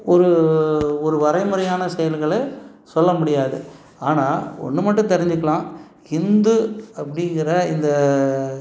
ஒரு ஒரு வரைமுறையான செயல்களை சொல்ல முடியாது ஆனால் ஒன்று மட்டும் தெரிஞ்சுக்கலாம் ஹிந்து அப்படிங்கிற இந்த